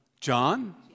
John